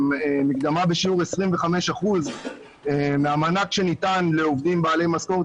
מקדמה בשיעור 25% מהמענק שניתן לעובדים בעלי משכורת